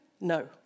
no